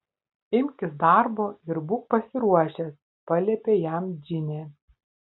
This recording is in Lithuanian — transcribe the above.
imkis darbo ir būk pasiruošęs paliepė jam džinė